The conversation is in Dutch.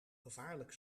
gevaarlijk